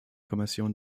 kommission